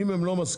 אם הם לא מסכימים.